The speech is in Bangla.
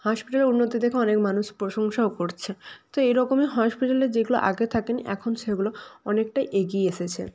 হসপিটালের উন্নতি দেখে অনেক মানুষ প্রশংসাও করছে তো এই রকমই হসপিটালে যেগুলো আগে থাকেনি এখন সেগুলো অনেকটা এগিয়ে এসেছে